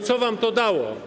Co wam to dało?